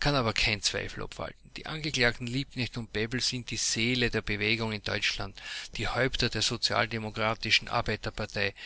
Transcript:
kann aber kein zweifel obwalten die angeklagten liebknecht und bebel sind die seele der bewegung in deutschland die häupter der sozialdemokratischen